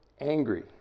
angry